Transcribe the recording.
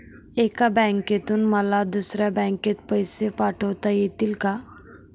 एका बँकेतून मला दुसऱ्या बँकेत पैसे पाठवता येतील का?